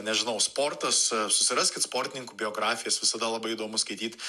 nežinau sportas susiraskit sportininkų biografijas visada labai įdomu skaityt